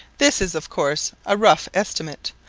this is, of course, a rough estimate,